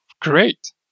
great